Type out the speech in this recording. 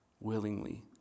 willingly